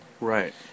Right